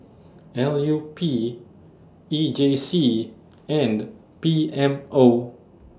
L U P E J C and P M O